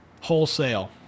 wholesale